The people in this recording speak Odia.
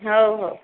ହଉ ହଉ